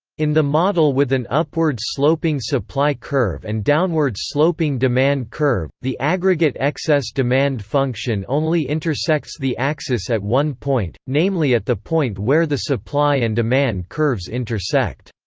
in the model with an upward-sloping supply curve and downward-sloping demand curve, the aggregate excess demand function only intersects the axis at one point, namely at the point where the supply and demand curves intersect.